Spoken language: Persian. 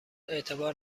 اعتبار